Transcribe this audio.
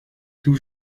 tout